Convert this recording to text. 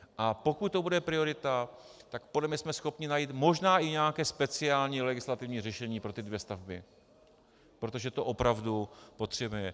A pokud to bude priorita, tak jsme podle mě schopni najít možná i nějaké speciální legislativní řešení pro ty dvě stavby, protože ty opravdu potřebujeme.